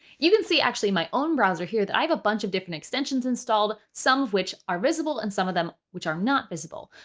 you can see actually in my own browser here that i have a bunch of different extensions installed, some of which are visible and some of them which are not visible.